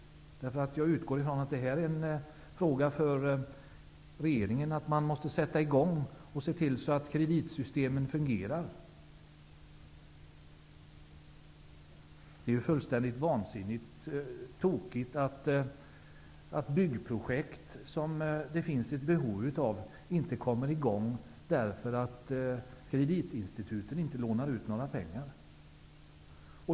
Jag utgår från att det är en fråga för regeringen att se till att kreditsystemet fungerar. Det är fullständigt vansinnigt tokigt att byggprojekt som det finns behov av inte kommer i gång därför att kreditinstituten inte lånar ut några pengar.